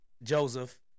Joseph